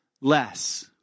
less